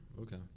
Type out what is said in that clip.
Okay